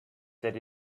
that